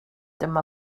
dyma